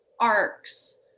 arcs